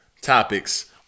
topics